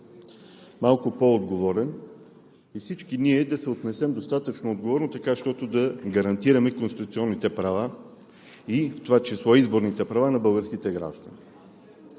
малко по-отговорен и всички ние да се отнесем достатъчно отговорно, така щото да гарантираме конституционните права, в това число и изборните права на българските граждани.